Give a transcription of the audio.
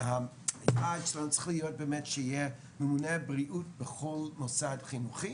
שצריך שיהיה ממונה בריאות בכל מוסד חינוכי